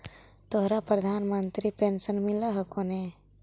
तोहरा प्रधानमंत्री पेन्शन मिल हको ने?